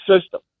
system